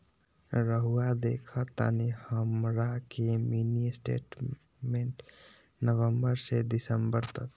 रहुआ देखतानी हमरा के मिनी स्टेटमेंट नवंबर से दिसंबर तक?